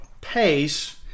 pace